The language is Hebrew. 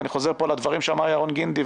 ואני חוזר פה על הדברים שאמר ירון גינדי,